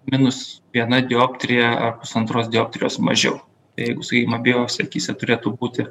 minus viena dioptrija ar pusantros dioptrijos mažiau jeigu sakykim abiejose akyse turėtų būti